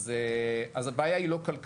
אז הבעיה היא לא כלכלית,